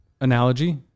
analogy